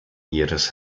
ihres